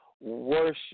worship